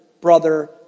brother